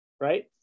right